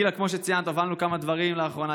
גילה, כמו שציינת, הובלנו כמה דברים לאחרונה.